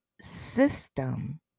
system